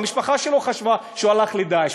המשפחה שלו חשבה שהוא הלך ל"דאעש",